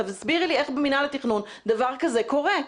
תסבירי לי איך במינהל התכנון דבר כזה קורה.